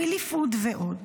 וילי פוד ועוד.